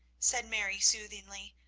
said mary soothingly,